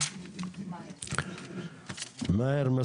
אוקיי, כאן